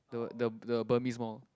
the the the Burmese mall